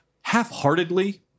Half-heartedly